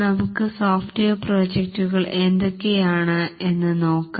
നമുക്ക് സോഫ്റ്റ്വെയർ പ്രോജക്ടുകൾ എന്തൊക്കെയാണെന്ന് നോക്കാം